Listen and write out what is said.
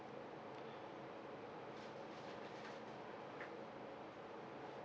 mm